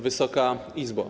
Wysoka Izbo!